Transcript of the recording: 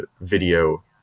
video